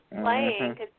playing